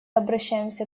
обращаемся